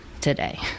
today